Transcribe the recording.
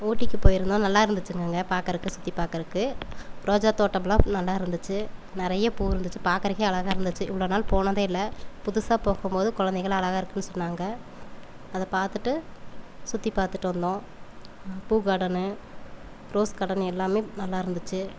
ஊட்டிக்கு போயிருந்தோம் நல்லாருந்துச்சிங்க அங்கே பார்க்குறக்கு சுற்றி பார்க்குறக்கு ரோஜா தோட்டமெலாம் நல்லாருந்துச்சு நிறைய பூ இருந்துச்சு பார்க்குறக்கே அழகாக இருந்துச்சு இவ்வளோ நாள் போனதே இல்லை புதுசாக போகும்போது குழந்தைங்கலாம் அழகாக இருக்குதுன் சொன்னாங்க அதை பார்த்துட்டு சுற்றி பார்த்துட்டு வந்தோம் பூ கார்டனு ரோஸ் கார்டன் எல்லாமே நல்லாருந்துச்சு